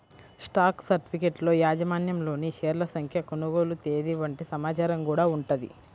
stock సర్టిఫికెట్లలో యాజమాన్యంలోని షేర్ల సంఖ్య, కొనుగోలు తేదీ వంటి సమాచారం గూడా ఉంటది